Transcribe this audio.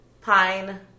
pine